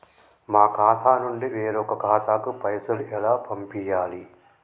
మా ఖాతా నుండి వేరొక ఖాతాకు పైసలు ఎలా పంపియ్యాలి?